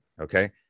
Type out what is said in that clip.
Okay